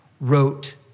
wrote